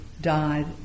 died